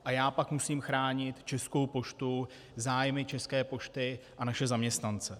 A já pak musím chránit Českou poštu, zájmy České pošty a naše zaměstnance.